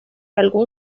algún